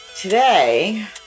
today